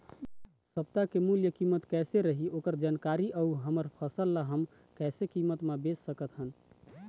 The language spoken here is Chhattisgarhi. सप्ता के मूल्य कीमत कैसे रही ओकर जानकारी अऊ हमर फसल ला हम कैसे कीमत मा बेच सकत हन?